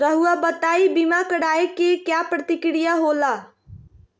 रहुआ बताइं बीमा कराए के क्या प्रक्रिया होला?